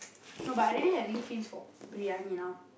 no but I already having feels for briyani now